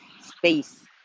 space